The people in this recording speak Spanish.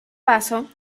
vaso